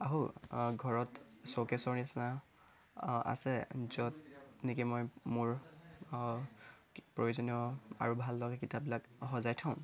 আহোঁ ঘৰত চৌকে'ছৰ নিচিনা আছে য'ত নিকি মই মোৰ প্ৰয়োজনীয় আৰু ভাল লগা কিতাপবিলাক সজাই থওঁ